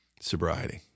Sobriety